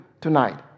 tonight